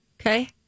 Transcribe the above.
Okay